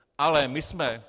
Ale my jsme...